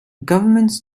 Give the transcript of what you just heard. governments